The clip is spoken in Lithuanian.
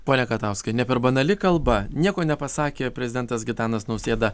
pone katauskai ne per banali kalba nieko nepasakė prezidentas gitanas nausėda